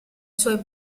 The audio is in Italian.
suoi